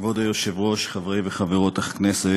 כבוד היושב-ראש, חברי וחברות הכנסת,